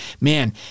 man